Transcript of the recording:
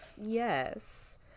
yes